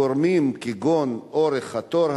גורמים כגון אורך התור,